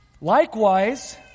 Likewise